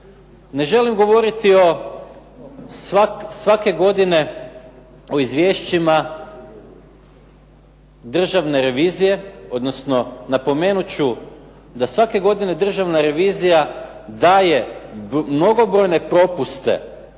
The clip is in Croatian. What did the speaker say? Ne želim govoriti o, svake godine o izvješćima Državne revizije, odnosno napomenut ću da svake godine Državna revizija daje mnogobrojne propuste